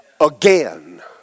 again